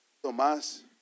Tomás